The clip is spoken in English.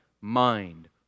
mind